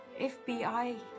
FBI